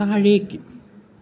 താഴേക്ക്